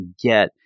get